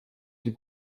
die